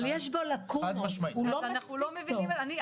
אבל יש בו לקונות, הוא לא מספיק טוב.